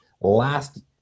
last